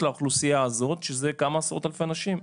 לאוכלוסייה הזאת שזה כמה עשרות אלפי אנשים.